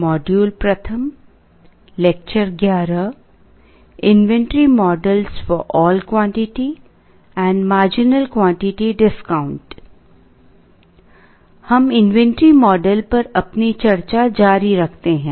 हम inventory model पर अपनी चर्चा जारी रखते हैं